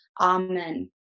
Amen